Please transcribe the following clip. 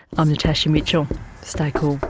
um natasha mitchell stay cool